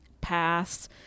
pass